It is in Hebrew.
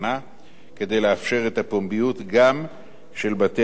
כדי לאפשר את הפומביות גם של בתי-הדין האלה.